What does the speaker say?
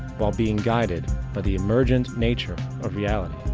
while being guided by the emergent nature of reality,